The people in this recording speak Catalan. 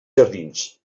jardins